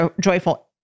joyful